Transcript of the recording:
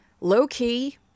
low-key